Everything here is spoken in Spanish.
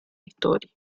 historia